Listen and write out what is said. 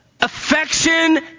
affection